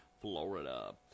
Florida